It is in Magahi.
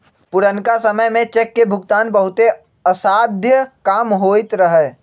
पुरनका समय में चेक के भुगतान बहुते असाध्य काम होइत रहै